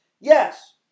Yes